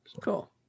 cool